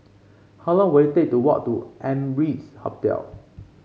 how long will it take to walk to Amrise Hotel